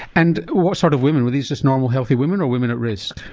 and what sort of women, were these just normal healthy women or women at risk?